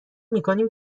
میکنیم